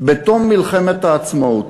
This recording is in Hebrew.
בתום מלחמת העצמאות.